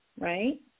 right